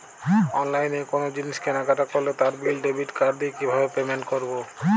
অনলাইনে কোনো জিনিস কেনাকাটা করলে তার বিল ডেবিট কার্ড দিয়ে কিভাবে পেমেন্ট করবো?